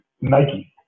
Nike